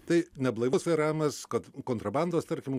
tai neblaivus vairavimas kot kontrabandos tarkim